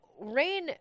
rain